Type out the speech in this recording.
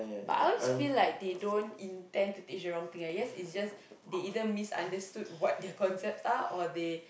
but I always feel like they don't intend to teach the wrong thing I guess it's just they either misunderstood what their concepts are or they